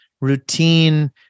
routine